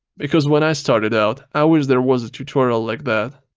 because when i started out i wish there was a tutorial like that.